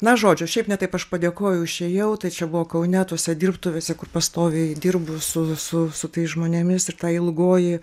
na žodžiu šiaip ne taip aš padėkojau išėjau tai čia buvo kaune tose dirbtuvėse kur pastoviai dirbu su su su tais žmonėmis ir ta ilgoji